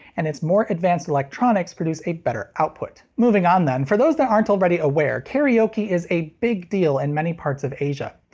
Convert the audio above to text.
and its more advanced electronics produce a better output. moving on then, for those that aren't already aware, karaoke is a big deal in and many parts of asia.